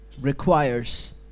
requires